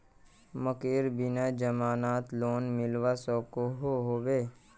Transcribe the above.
मकईर बिना जमानत लोन मिलवा सकोहो होबे?